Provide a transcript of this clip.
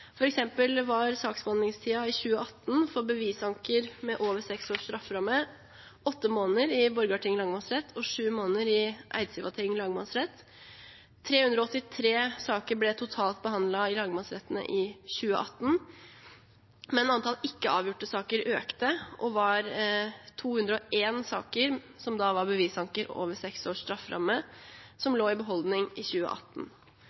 eksempel var saksbehandlingstiden i 2018 for bevisanker med over seks års strafferamme åtte måneder i Borgarting lagmannsrett og sju måneder i Eidsivating lagmannsrett. Totalt 383 saker ble behandlet i lagmannsrettene i 2018, men antallet ikke-avgjorte saker økte og var på 201 saker. Disse var bevisanker over seks års strafferamme som lå i beholdning i 2018.